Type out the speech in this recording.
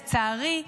לצערי,